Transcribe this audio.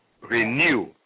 renew